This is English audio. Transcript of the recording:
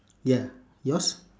ya yours